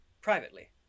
privately